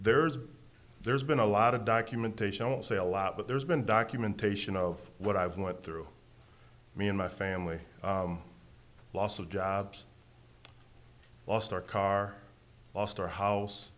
there's there's been a lot of documentation won't say a lot but there's been documentation of what i've went through me and my family loss of jobs lost our car lost our house